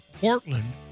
Portland